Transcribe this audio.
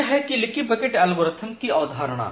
यह है leaky bucket algorithm कि अवधारणा